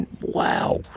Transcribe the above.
Wow